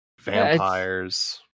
Vampires